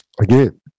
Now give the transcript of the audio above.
again